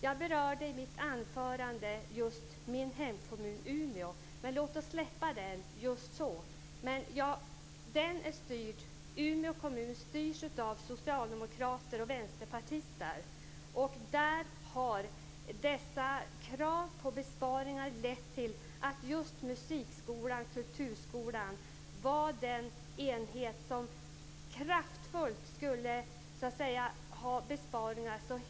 Jag berörde i mitt anförande just min hemkommun Umeå, men låt oss släppa den just nu. Umeå kommun styrs av socialdemokrater och vänsterpartister. Där har dessa krav på kraftfulla besparingar ställts just på musik och kulturskolan.